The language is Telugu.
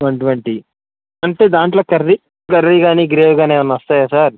వన్ ట్వంటీ అంటే దానిలో కర్రీ కర్రీ కాని గ్రేవీ కానీ ఏమన్నా వస్తాయా సార్